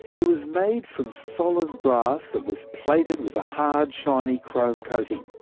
it was made from solid brass that was plated with a hard, shiny chrome coating.